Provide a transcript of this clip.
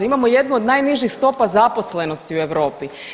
Imamo jednu od najnižih stopa zaposlenosti u Europi.